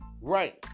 right